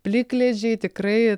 plikledžiai tikrai